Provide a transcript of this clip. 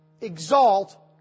exalt